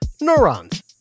neurons